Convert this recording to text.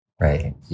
right